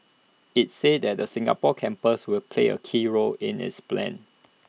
IT said that the Singapore campus will play A key role in its plan